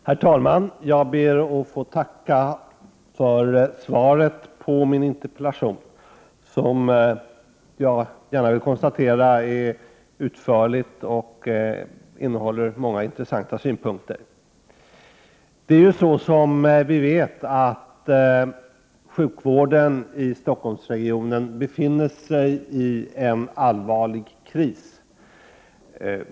Herr talman! Jag ber att få tacka för svaret på min interpellation, ett svar som jag gärna konstaterar är utförligt och innehåller många intressanta synpunkter. Som vi vet befinner sig sjukvården i Stockholmsregionen i en allvarlig kris.